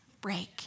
break